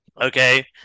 Okay